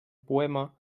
poema